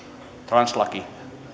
translaki